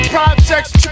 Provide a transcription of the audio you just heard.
Projects